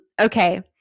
Okay